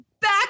back